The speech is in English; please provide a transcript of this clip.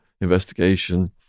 investigation